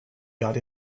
got